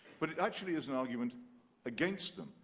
but it actually is an argument against them.